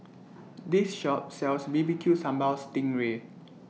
This Shop sells B B Q Sambal Sting Ray